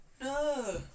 No